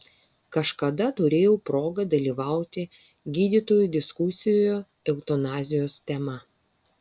kažkada turėjau progą dalyvauti gydytojų diskusijoje eutanazijos tema